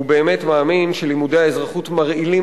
הוא באמת מאמין שלימודי האזרחות מרעילים